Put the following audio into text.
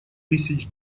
тысяч